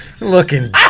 looking